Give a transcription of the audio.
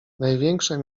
największe